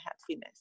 happiness